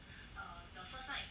oh